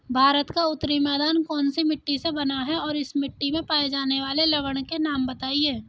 भारत का उत्तरी मैदान कौनसी मिट्टी से बना है और इस मिट्टी में पाए जाने वाले लवण के नाम बताइए?